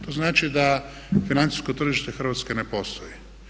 To znači da financijsko tržište Hrvatske ne postoji.